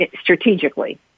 strategically